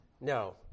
No